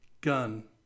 gun